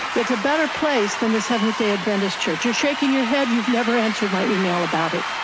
it's a better place than the seventh day adventist church. you're shaking your head. you've never answered my email about it.